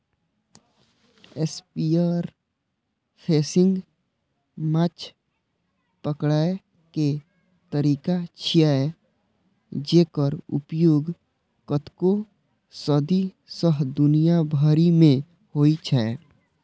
spearfishing माछ पकड़ै के तरीका छियै, जेकर उपयोग कतेको सदी सं दुनिया भरि मे होइ छै